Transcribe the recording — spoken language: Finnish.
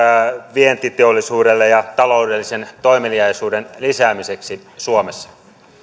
vientiteollisuudelle ja taloudellisen toimeliaisuuden lisäämiseksi suomessa